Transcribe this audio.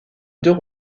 deux